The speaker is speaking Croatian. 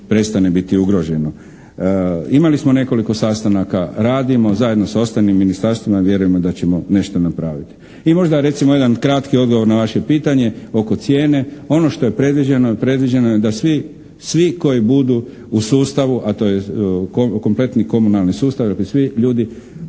prestane biti ugroženo. Imali smo nekoliko sastanaka, radimo zajedno sa ostalim ministarstvima i vjerujemo da ćemo nešto napraviti. I možda recimo jedan kratki odgovor na vaše pitanje oko cijene. Ono što je predviđeno je predviđeno je da svi koji budu u sustavu, a to je kompletni komunalni sustav, dakle svi ljudi,